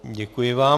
Děkuji vám.